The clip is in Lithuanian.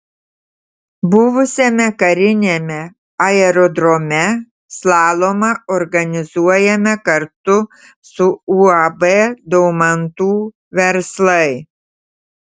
buvusiame kariniame aerodrome slalomą organizuojame kartu su uab daumantų verslai